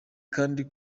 kandi